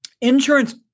Insurance